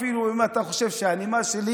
אפילו אם אתה חושב שהנימה שלי,